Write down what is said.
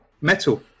metal